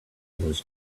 was